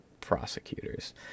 prosecutors